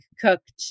cooked